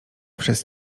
przez